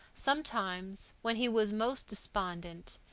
sometimes when he was most despondent,